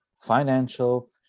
financial